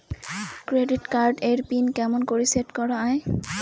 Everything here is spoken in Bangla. ক্রেডিট কার্ড এর পিন কেমন করি সেট করা য়ায়?